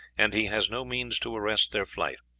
and he has no means to arrest their flight.